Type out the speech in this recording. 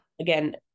again